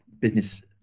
Business